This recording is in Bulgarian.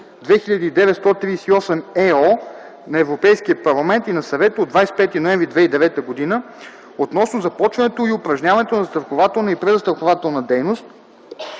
на Европейския парламент и на Съвета от 25 ноември 2009 г. относно започването и упражняването на застрахователна и презастрахователна дейност